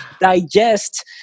digest